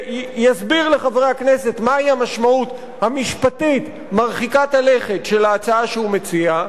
יסביר לחברי הכנסת מהי המשמעות המשפטית מרחיקת הלכת של ההצעה שהוא מציע,